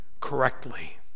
correctly